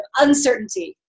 uncertainty